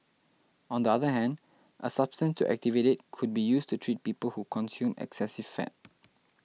on the other hand a substance to activate it could be used to treat people who consume excessive fat